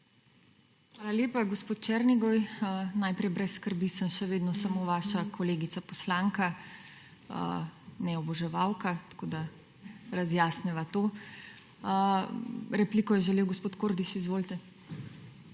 Hvala lepa, gospod Černigoj. Najprej brez skrbi, sem še vedno samo vaša kolegica poslanka, ne oboževalka, tako da, razjasniva to. Repliko je želel gospod Kordiš. Izvolite.